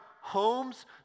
homes